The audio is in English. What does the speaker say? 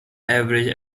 average